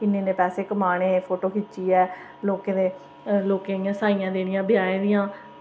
किन्ने किन्ने पैसे कमाने फोटो खिच्चियै लोकें साइयां देनियां ब्याहें दियां